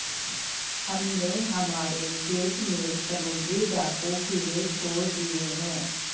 हमने हमारे खेत में समुद्री डाकू कीड़े छोड़ दिए हैं